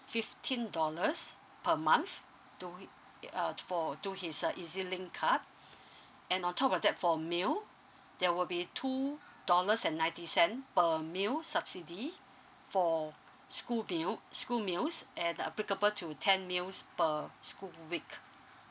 fifteen dollars per month two week uh for to his uh ezlink card and on top of that for meal there will be two dollars and ninety cent per meal subsidy for school bill school meals at applicable to ten meals per school week